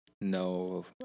no